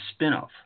spinoff